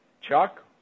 Chuck